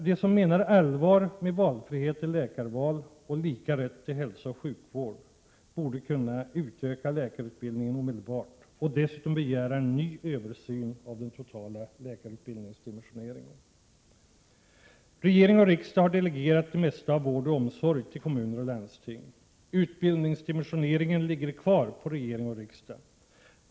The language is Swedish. De som menar allvar med valfrihet i läkarval och lika rätt till hälsooch sjukvård borde kunna utöka läkarutbildningen omedelbart och dessutom begära en ny översyn av den totala läkarutbildningsdimensioneringen. Regering och riksdag har delegerat det mesta av vård och omsorg till kommuner och landsting. Utbildningsdimensioneringen ligger kvar på regering och riksdag.